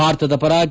ಭಾರತದ ಪರ ಕೆ